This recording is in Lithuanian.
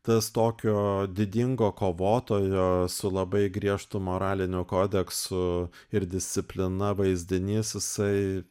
tas tokio didingo kovotojo su labai griežtu moraliniu kodeksu ir disciplina vaizdinys jisai